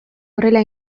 horrela